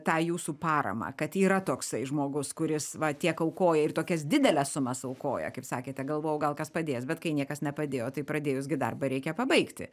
tą jūsų paramą kad yra toksai žmogus kuris va tiek aukoja ir tokias dideles sumas aukoja kaip sakėte galvojau gal kas padės bet kai niekas nepadėjo tai pradėjus gi darbą reikia pabaigti